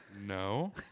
No